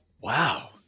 Wow